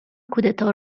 کودتا